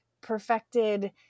perfected